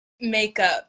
Makeup